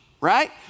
right